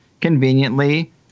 conveniently